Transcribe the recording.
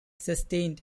sustained